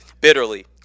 bitterly